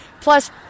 Plus